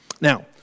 Now